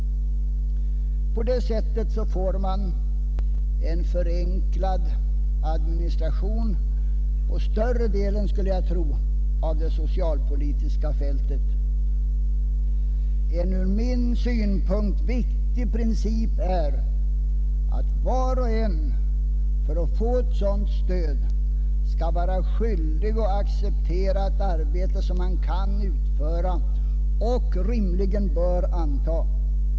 På det sättet skulle man få en förenklad administration på större delen — skulle jag tro — av det socialpolitiska fältet. En ur min synpunkt viktig princip för denna grundtrygghet är att var och en för att få ett sådant stöd skall vara skyldig att acceptera ett arbete som han kan utföra och rimligen bör anta.